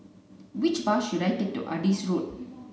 which bus should I take to Adis Road